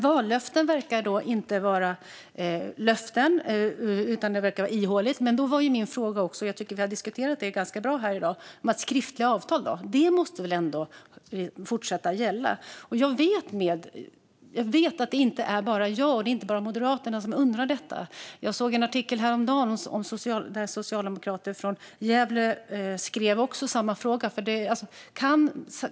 Vallöften tycks inte vara riktiga löften utan verkar vara ihåliga. Därför hade jag en fråga om skriftliga avtal, och det är något vi har diskuterat ganska bra i dag. De måste väl ändå fortsätta gälla? Jag vet att det inte bara är jag och Moderaterna som undrar detta. Häromdagen såg jag en artikel där socialdemokrater från Gävle ställde samma fråga.